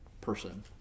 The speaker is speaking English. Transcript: person